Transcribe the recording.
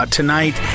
tonight